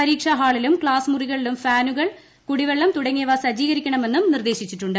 പരീക്ഷാ ഹാളിലും ക്സാസ് മുറികളിലും ഫാനുകൾ കുടിവെള്ളം തുടങ്ങിയവ സജ്ജീകരിക്കണമെന്നും നിർദ്ദേശിച്ചിട്ടുണ്ട്